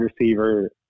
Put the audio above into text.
receiver